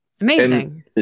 amazing